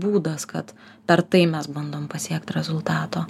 būdas kad per tai mes bandom pasiekt rezultato